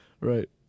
right